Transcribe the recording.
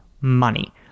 Money